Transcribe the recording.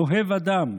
אוהב אדם,